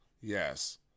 Yes